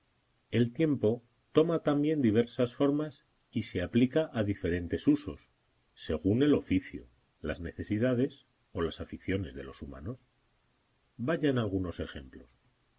el tiempo toma también diversas formas y se aplica a diferentes usos según el oficio las necesidades o las aficiones de los humanos vayan algunos ejemplos